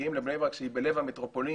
כשמגיעים לבני ברק שהיא בלב המטרופולין